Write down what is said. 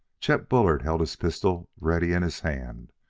chet bullard held his pistol ready in his hand.